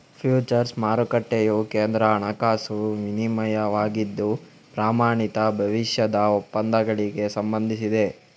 futures ಮಾರುಕಟ್ಟೆಯು ಕೇಂದ್ರ ಹಣಕಾಸು ವಿನಿಮಯವಾಗಿದ್ದು, ಪ್ರಮಾಣಿತ ಭವಿಷ್ಯದ ಒಪ್ಪಂದಗಳಿಗೆ ಸಂಬಂಧಿಸಿದೆ